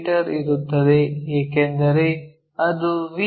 me ಇರುತ್ತದೆ ಏಕೆಂದರೆ ಅದು ವಿ